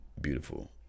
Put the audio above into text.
beautiful